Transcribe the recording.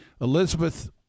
Elizabeth